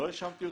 לא האשמתי אותך.